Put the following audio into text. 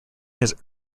his